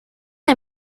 est